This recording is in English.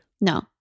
No